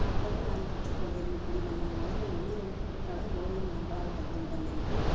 அப்பொழுது நான் கற்றுக்கொண்டேன் இப்படி நம்ம முதலில் ஒன்று இரண்டு போட்டாலே ஓவியம் நன்றாக வந்துவிடும் என்று